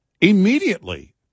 immediately